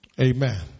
amen